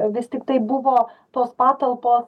vis tiktai buvo tos patalpos